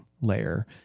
layer